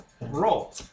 Roll